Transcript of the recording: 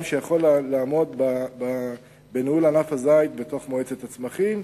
שיכול לעמוד בניהול ענף הזית בתוך מועצת הצמחים,